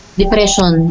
depression